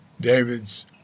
David's